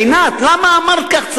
עינת, למה אמרת כך?